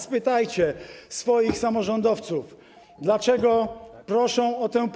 Spytajcie swoich samorządowców, dlaczego proszą o tę pomoc.